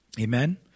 Amen